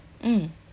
mm